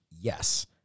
Yes